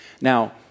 Now